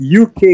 UK